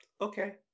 okay